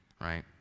right